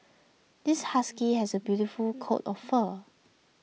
this husky has a beautiful coat of fur